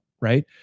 right